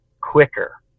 quicker